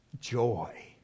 joy